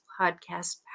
podcast